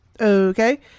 Okay